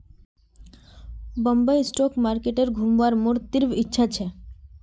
Bombay stock market घुमवार मोर तीव्र इच्छा छ